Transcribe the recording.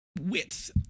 width